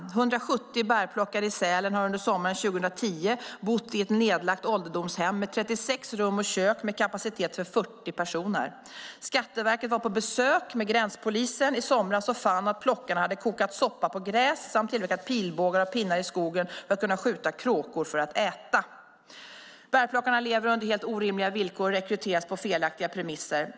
170 bärplockare i Sälen har under sommaren 2010 bott i ett nedlagt ålderdomshem med 36 rum och kök med kapacitet för 40 personer. Skatteverket var på besök med gränspolisen i somras och fann att plockarna hade kokat soppa på gräs samt tillverkat pilbågar av pinnar i skogen för att kunna skjuta kråkor för att äta. Bärplockarna lever under helt orimliga villkor och rekryteras på felaktiga premisser.